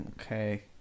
Okay